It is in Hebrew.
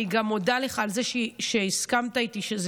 אני גם מודה לך על זה שהסכמת איתי שזה